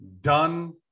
done